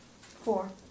Four